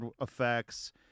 effects